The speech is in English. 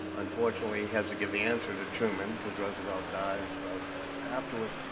unfortunately he has to give the answer to truman because roosevelt dies right afterwards.